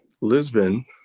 Lisbon